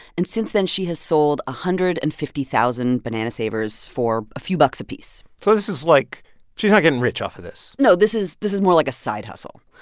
and since then, she has sold one ah hundred and fifty thousand banana savers for a few bucks apiece so this is, like she's not getting rich off of this no, this is this is more like a side hustle.